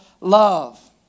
love